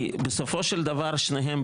בסופו של דבר שניהם,